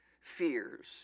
fears